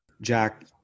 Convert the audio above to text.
Jack